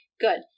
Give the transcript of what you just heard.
good